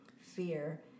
fear